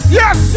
yes